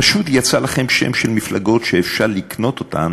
פשוט יצא לכם שם של מפלגות שאפשר לקנות אותן